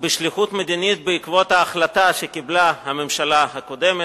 בשליחות מדינית בעקבות ההחלטה שקיבלה הממשלה הקודמת,